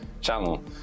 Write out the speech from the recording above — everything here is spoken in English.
channel